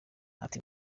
ati